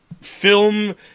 film